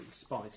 Spice